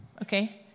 Okay